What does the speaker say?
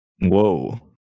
Whoa